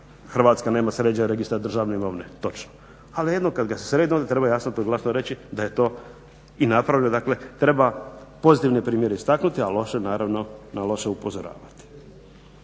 Hrvatska nema sređen Registar državne imovine. Točno. Ali jednom kad ga se sredi onda treba to jasno i glasno reći da je to i napravljeno. Dakle, treba pozitivne primjere istaknuti, a na loše naravno upozoravati.